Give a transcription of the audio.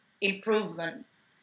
improvements